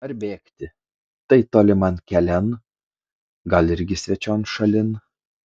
ar bėgti tai toliman kelian gal irgi svečion šalin